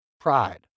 Pride